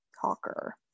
talker